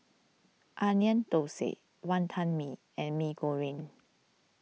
Onion Thosai Wantan Mee and Mee Goreng